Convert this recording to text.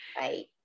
Right